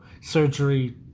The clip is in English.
surgery